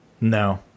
No